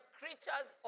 creatures